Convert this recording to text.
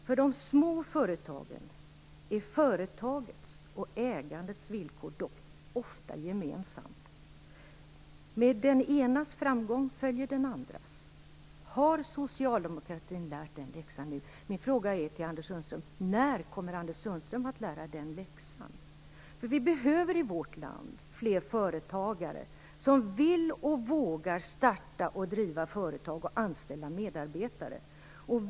För de små företagen är företagets och ägandets villkor dock ofta gemensamt. Med den enas framgång följer den andras. Har socialdemokratin lärt den läxan nu? Min fråga till Anders Sundström är: När kommer Anders Sundström att lära den läxan? Vi behöver i vårt land fler företagare som vill och vågar starta och driva företag och anställa medarbetare.